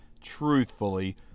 truthfully